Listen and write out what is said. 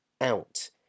out